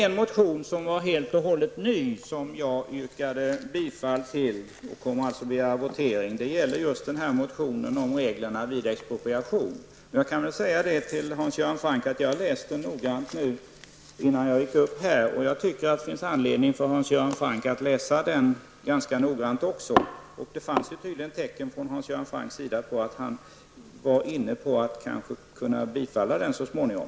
En helt ny motion som jag yrkade bifall till -- och kommer att begära votering på -- gäller regler vid expropriation. Jag läste den reservationen noggrant innan jag gick upp här. Jag tycker att det finns anledning för Hans Göran Franck att läsa den noggrant. Det fanns tydliga tecken från Hans Göran Francks sida på att han var inne på att kanske kunna bifalla den så småningom.